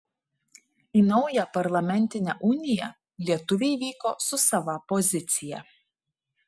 į naują parlamentinę uniją lietuviai vyko su sava pozicija